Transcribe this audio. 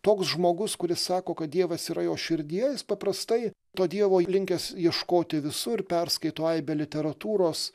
toks žmogus kuris sako kad dievas yra jo širdyje jis paprastai to dievo linkęs ieškoti visur perskaito aibę literatūros